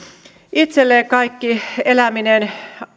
itselleen kaikki eläminen